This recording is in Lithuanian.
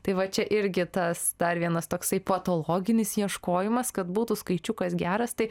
tai va čia irgi tas dar vienas toksai patologinis ieškojimas kad būtų skaičiukas geras tai